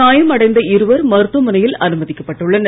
காயம் அடைந்த இருவர் மருத்துவமனையில் அனுமதிக்கப்பட்டுள்ளனர்